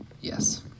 Yes